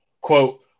quote